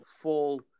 full